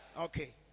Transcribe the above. Okay